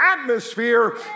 atmosphere